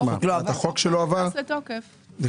התחום עדיין לא הוסדר?